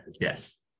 Yes